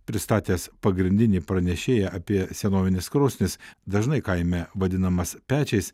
pristatęs pagrindinį pranešėją apie senovines krosnis dažnai kaime vadinamas pečiais